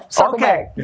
Okay